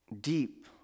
deep